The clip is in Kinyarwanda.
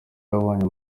yabonye